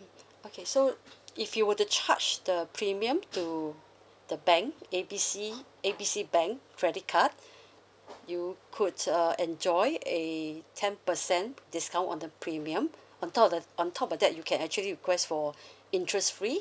mm okay so if you were to charge the premium to the bank A B C A B C bank credit card you could uh enjoy a ten percent discount on the premium on top of the on top of that you can actually request for interest free